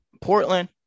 Portland